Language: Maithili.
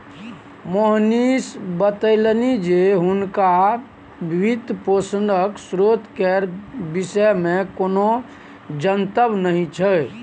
मोहनीश बतेलनि जे हुनका वित्तपोषणक स्रोत केर विषयमे कोनो जनतब नहि छै